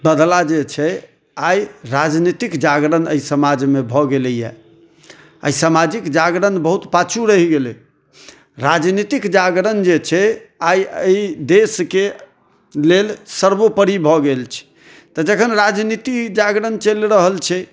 बदला जे छै आइ राजनीतिक जागरण अय समाज मे भऽ गेलैया आइ समाजिक जागरण बहुत पाछू रहि गेलै राजनीतिक जागरण जे छै आइ अय देश के लेल सर्वोपरि भऽ गेल छै तऽ जखन राजनीति जागरण चलि रहल छै